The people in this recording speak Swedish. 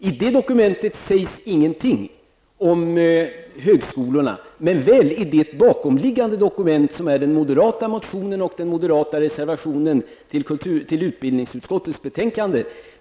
I det dokumentet sägs ingenting om högskolorna, men väl i det bakomliggande dokumentet, som är en moderat motion och en moderat reservation till utbildningsutskottets betänkande.